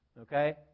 Okay